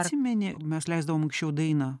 atsimeni mes leisdavom anksčiau dainą